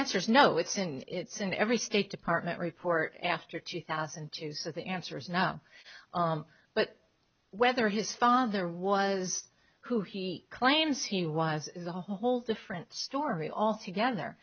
answer is no it's in it's in every state department report after two thousand and two so the answer is now but whether his father was who he claims he was is a whole different story altogether